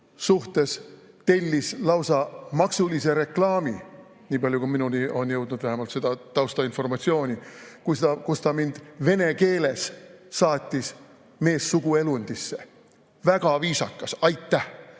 kohta tellis lausa maksulise reklaami – nii palju kui minuni on jõudnud vähemalt seda taustainformatsiooni, kus ta mind vene keeles saatis meessuguelundisse. Väga viisakas. Aitäh!